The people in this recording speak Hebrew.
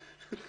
אה.